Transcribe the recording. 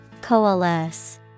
Coalesce